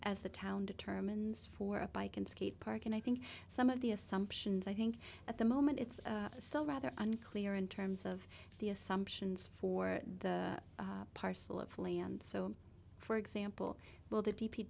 as the town determines for a bike and skate park and i think some of the assumptions i think at the moment it's still rather unclear in terms of the assumptions for the parcel of land so for example will the d p